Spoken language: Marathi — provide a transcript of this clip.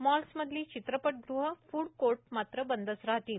मॉल्समधली चित्रपटगृहं फ्ड कोर्ट मात्र बंदच राहतील